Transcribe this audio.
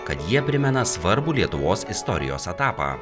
kad jie primena svarbų lietuvos istorijos etapą